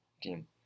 team